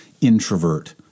introvert